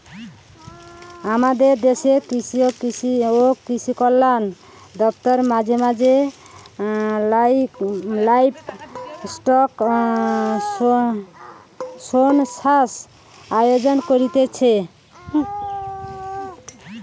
আমদের দেশের কৃষি ও কৃষিকল্যান দপ্তর মাঝে মাঝে লাইভস্টক সেনসাস আয়োজন করতিছে